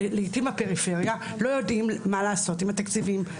לעתים הפריפריה לא יודעים מה לעשות עם התקציבים.